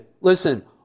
Listen